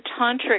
Tantric